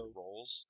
roles